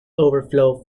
overflow